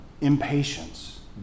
Impatience